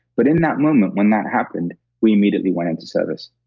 but in that moment when that happened we immediately went into service.